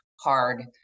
hard